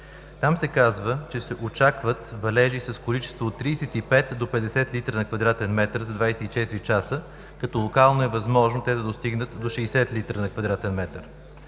Там се казва, че се очакват валежи с количества от 35 до 50 литра на квадратен метър за 24 часа, като локално е възможно те да достигнат до 60 литра на квадратен метър.